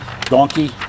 donkey